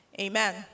Amen